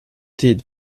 tid